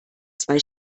zwei